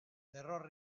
cerro